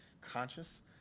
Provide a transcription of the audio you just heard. conscious